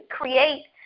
create